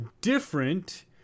different